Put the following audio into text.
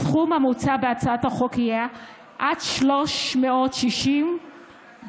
הסכום המוצע בהצעת החוק, עד 360 שקלים,